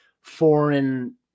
foreign